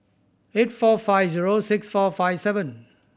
eight four five zero six four five seven